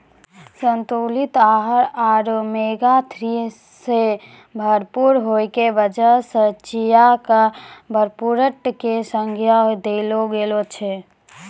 संतुलित आहार आरो ओमेगा थ्री सॅ भरपूर होय के वजह सॅ चिया क सूपरफुड के संज्ञा देलो गेलो छै